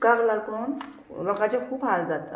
उदकाक लागून लोकाचे खूब हाल जाता